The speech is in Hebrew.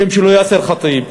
השם שלו יאסר ח'טיב,